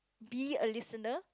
be a listener